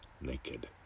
Naked